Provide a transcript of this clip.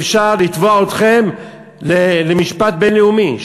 אפשר לתבוע אתכם למשפט בין-לאומי,